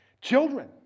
Children